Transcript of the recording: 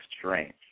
strange